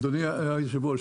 אדוני היושב-ראש,